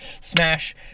smash